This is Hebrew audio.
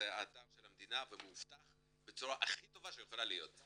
אתר של המדינה ומאובטח בצורה הכי טובה שיכולה להיות.